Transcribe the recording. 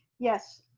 yes.